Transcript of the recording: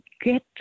get